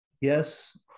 yes